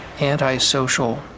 antisocial